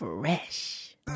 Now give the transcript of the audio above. Fresh